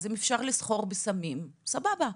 ואם אפשר לסחור בסמים, סבבה.